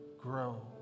grow